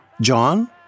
John